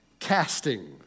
Casting